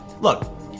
Look